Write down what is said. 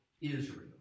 Israel